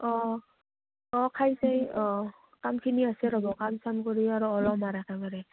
অঁ অঁ খাইছে অঁ কামখিনি আছে ৰ'ব কাম চাম কৰি আৰু অলপ ওলাই যাম একেবাৰে